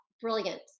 Brilliant